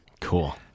Cool